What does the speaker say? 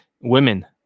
women